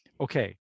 okay